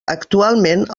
actualment